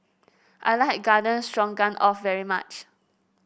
I like Garden Stroganoff very much